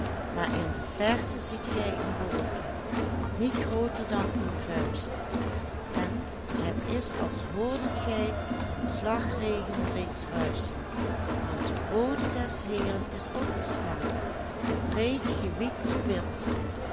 maar in de verte ziet gij een wolkje niet grooter dan uw vuist en het is als hoordet gij den slagregen reeds ruischen want de bode des heeren is opgestaan de breedgewiekte wind